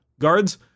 guards